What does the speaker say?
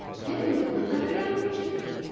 then we could let her down gently,